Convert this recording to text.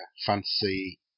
fantasy